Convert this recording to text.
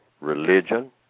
religion